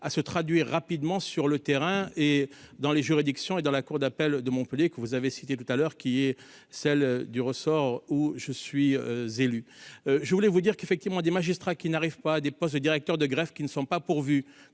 à se traduire rapidement sur le terrain et dans les juridictions et dans la cour d'appel de Montpellier que vous avez cité tout à l'heure qui est celle du ressort où je suis élu je voulais vous dire qu'effectivement des magistrats qui n'arrive pas à des postes de directeurs de grève qui ne sont pas pourvus,